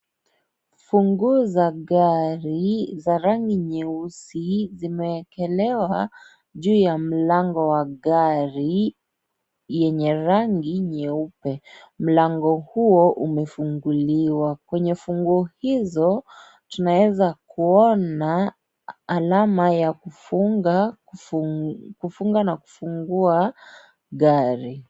Funguo za gari za rangi nyeusi zimeekelwa juu ya mlango wa gari yenye rangi nyeupe mlango huo umefunguliwa. Kwenye funguo hizo tunaweza kuona alama ya kufunga na kufungua gari.